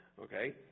Okay